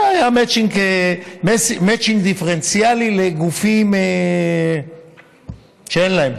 זה היה מצ'ינג דיפרנציאלי לגופים שאין להם.